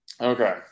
okay